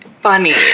funny